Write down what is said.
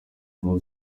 muri